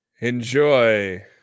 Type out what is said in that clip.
Enjoy